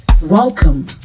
Welcome